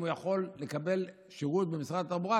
אם הוא יכול לקבל שירות במשרד התחבורה,